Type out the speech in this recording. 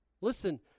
Listen